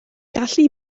gallu